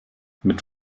mit